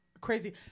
crazy